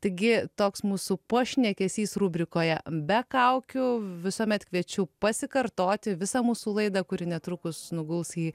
taigi toks mūsų pašnekesys rubrikoje be kaukių visuomet kviečiu pasikartoti visą mūsų laidą kuri netrukus nuguls į